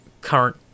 current